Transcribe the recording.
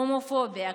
הומופוביה,